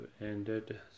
ended